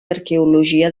arqueologia